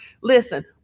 Listen